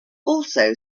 also